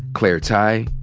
claire tighe,